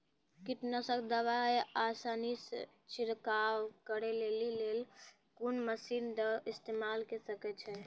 कीटनासक दवाई आसानीसॅ छिड़काव करै लेली लेल कून मसीनऽक इस्तेमाल के सकै छी?